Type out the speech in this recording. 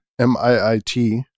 MIIT